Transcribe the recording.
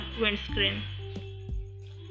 windscreen